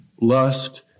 lust